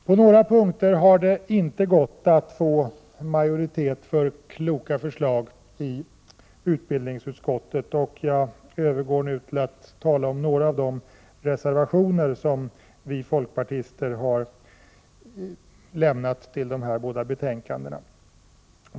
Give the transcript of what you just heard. På några punkter har det inte gått att få majoritet för kloka förslag i utbildningsutskottet, och jag övergår nu till att tala om några av de reservationer som vi folkpartister har fogat till dessa båda betänkanden.